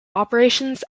operations